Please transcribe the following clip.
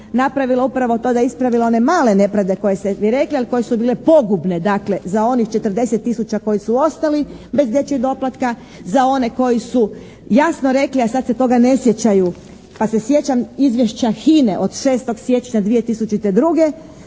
napravilo upravo to da je ispravila one male nepravde koje bi rekle, a koje su bile pogubne dakle za onih 40 tisuća koji su ostali bez dječjeg doplatka, za one koji su jasno rekli, a sad se toga ne sjećaju. Pa se sjećam izvješća HINA-e od 6. siječnja 2002.